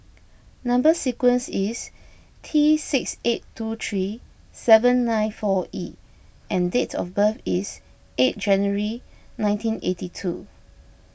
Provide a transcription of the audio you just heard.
Number Sequence is T six eight two three seven nine four E and dates of birth is eight January nineteen eighty two